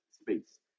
space